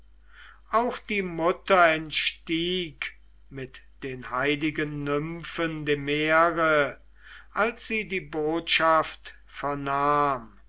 auch die mutter entstieg mit den heiligen nymphen dem meere als sie die botschaft vernahm